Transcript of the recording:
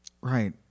Right